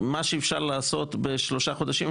מה שאפשר לעשות בשלושה חודשים,